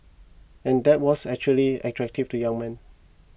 and that was actually attractive to young men